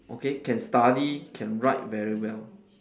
okay can study can write very well